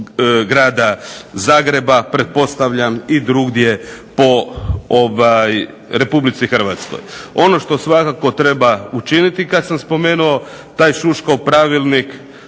Zagreba, pretpostavljam i drugdje po RH. Ono što svakako treba učiniti kada samo spomenuo taj Šuškov pravilnik